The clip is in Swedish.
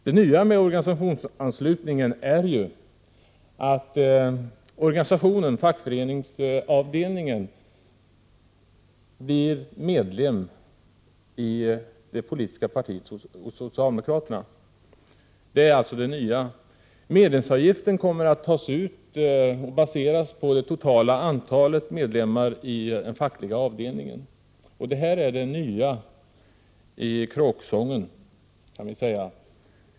Det nya med organisationsanslutningen är ju att organisationen, fackföreningsavdelningen, blir medlem i det politiska partiet, socialdemokraterna. Medlemsavgiften som kommer att tas ut skall baseras på det totala antalet medlemmar i den fackliga avdelningen. Häri ligger det nya.